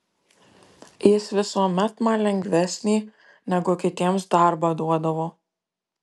jis visuomet man lengvesnį negu kitiems darbą duodavo